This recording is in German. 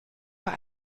war